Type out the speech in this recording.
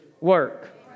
work